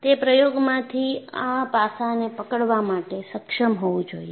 તે પ્રયોગમાંથી આ પાસાને પકડવા માટે સક્ષમ હોવું જોઈએ